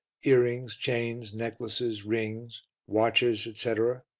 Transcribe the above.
earrings, chains, necklaces, rings, watches etc.